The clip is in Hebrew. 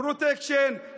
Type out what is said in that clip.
פרוטקשן,